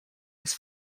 his